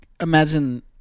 imagine